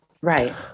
Right